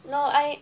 no I